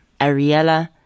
Ariella